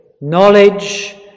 knowledge